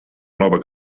nova